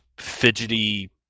fidgety